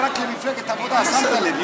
כל הכבוד.